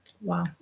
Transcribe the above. Wow